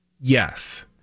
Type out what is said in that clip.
yes